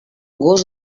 gos